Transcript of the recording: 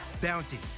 Bounty